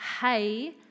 hey